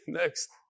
next